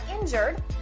injured